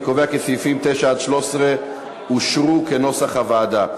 אני קובע כי סעיפים 9 עד 13 אושרו כנוסח הוועדה.